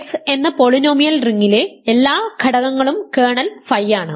x എന്ന polynomial റിംഗിലെ എല്ലാ ഘടകങ്ങളും കേർണൽ ഫൈയാണ്